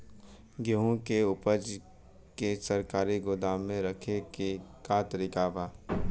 गेहूँ के ऊपज के सरकारी गोदाम मे रखे के का तरीका बा?